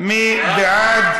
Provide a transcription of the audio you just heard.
מי בעד?